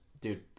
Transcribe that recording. dude